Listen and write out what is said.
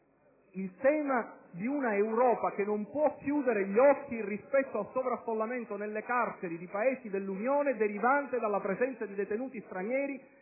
il tema di un'Europa che non può chiudere gli occhi rispetto al sovraffollamento nelle carceri dei Paesi dell'Unione derivante dalla presenza di detenuti stranieri,